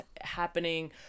happening